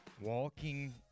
walking